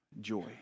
joy